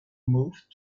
moved